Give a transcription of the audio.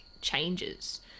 changes